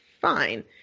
fine